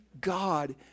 God